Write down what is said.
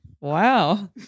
Wow